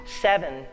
seven